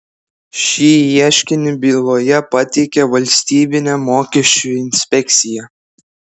šį ieškinį byloje pateikė valstybinė mokesčių inspekcija